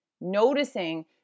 Noticing